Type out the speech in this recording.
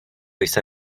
jsme